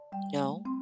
no